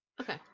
Okay